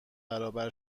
برابر